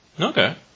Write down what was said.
Okay